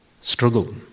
Struggle